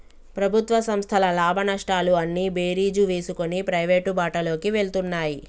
ప్రభుత్వ సంస్థల లాభనష్టాలు అన్నీ బేరీజు వేసుకొని ప్రైవేటు బాటలోకి వెళ్తున్నాయి